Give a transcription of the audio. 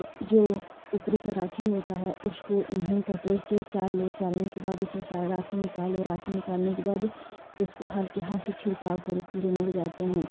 जो उपरी का राखी होता है उसको महीन कपड़े से चाल लो चालने के बाद उसमें सारा राखी निकाल लो राखी निकालने के बाद उसको हल्के हाथ से छिड़काव करो कीड़े मर जाते हैं